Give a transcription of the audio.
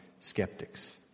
skeptics